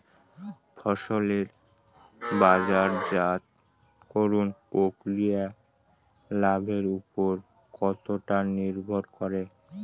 ফসলের বাজারজাত করণ প্রক্রিয়া লাভের উপর কতটা নির্ভর করে?